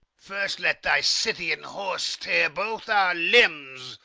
first let thy scythian horse tear both our limbs,